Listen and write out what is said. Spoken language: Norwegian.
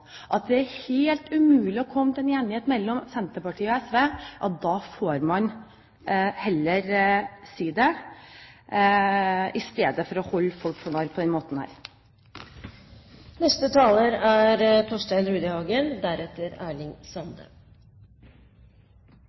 at det er helt umulig for Senterpartiet og SV å komme til en enighet, får man heller si det, istedenfor å holde folk for narr på denne måten.